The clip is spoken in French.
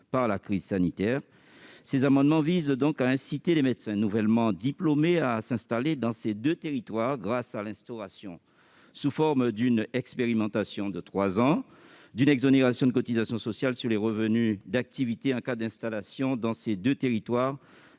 par la crise sanitaire. Cet amendement vise donc à inciter les médecins nouvellement diplômés à s'installer dans les deux territoires concernés grâce à l'instauration, sous forme d'une expérimentation de trois ans, d'une exonération de cotisations sociales sur les revenus d'activité en cas d'installation dans l'année qui